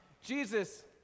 Jesus